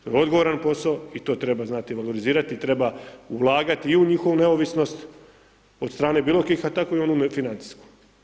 To je odgovoran posao i to treba znati valorizirati i treba ulagati i u njihovu neovisnost od strane bilo bilo kakvih, a tako i onu financijsku.